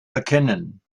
erkennen